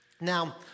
Now